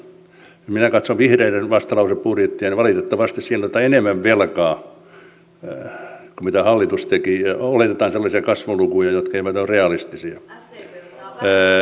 minä katsoin vihreiden vastalausebudjettia niin valitettavasti siellä otetaan enemmän velkaa kuin mitä hallitus teki ja oletetaan sellaisia kasvulukuja jotka eivät ole realistisia